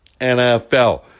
NFL